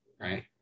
right